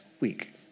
week